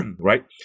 right